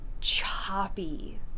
choppy